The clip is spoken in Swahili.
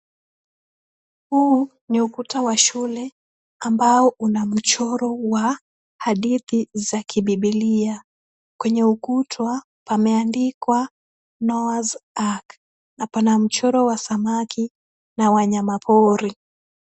Huu ni ukuta wa shule ambao una mchoro wa hadithi za kibibilia. Kwenye ukutwa pameandikwa Noah's ark na pana mchoro wa samaki na wanama pori.